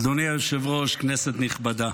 אדוני היושב-ראש, כנסת נכבדה,